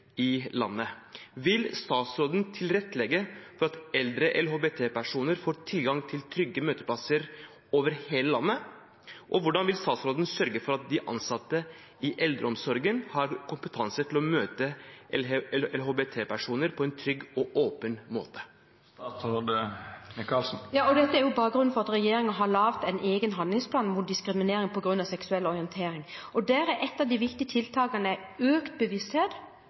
i landet. Vil statsråden tilrettelegge for at eldre LHBT-personer får tilgang til trygge møteplasser over hele landet? Og hvordan vil statsråden sørge for at de ansatte i eldreomsorgen har kompetanse til å møte LHBT-personer på en trygg og åpen måte? Dette er jo bakgrunnen for at regjeringen har laget en egen handlingsplan mot diskriminering på grunn av seksuell orientering. Et av de viktige tiltakene der er økt bevissthet